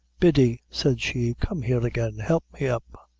biddy, said she, come here again help me up.